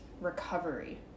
recovery